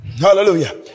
Hallelujah